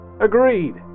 Agreed